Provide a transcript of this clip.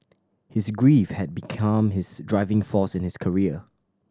his grief had become his driving force in his career